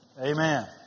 Amen